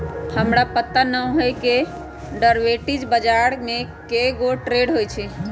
हमरा पता न हए कि डेरिवेटिव बजार में कै गो ट्रेड होई छई